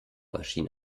erschien